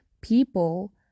people